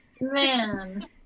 Man